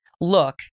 look